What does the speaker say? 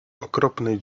okropnej